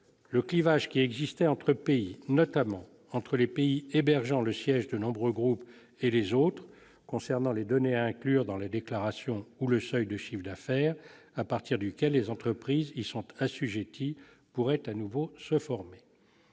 le clivage qui existait, notamment, entre les pays hébergeant le siège de nombreux groupes et les autres, concernant les données à inclure dans la déclaration ou le seuil de chiffre d'affaires à partir duquel les entreprises y seront assujetties pourrait à nouveau apparaître.